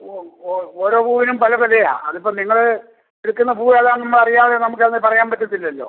ഓരോ പൂവിനും പല വിലയാ അതിപ്പം നിങ്ങൾ എടുക്കുന്ന പൂവ് ഏതാണെന്ന് അറിയാതെ നമുക്ക് അത് പറയാൻ പറ്റത്തില്ലല്ലോ